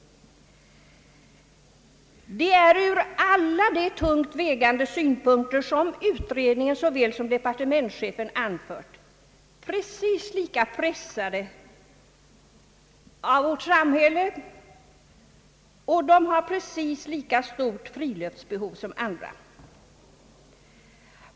Och dessa människor är ur alla de tungt vägande synpunkter, som utredningen såväl som departementsche fen anfört, precis lika pressade i vårt samhälle och har precis lika stort friluftsbehovy som andra.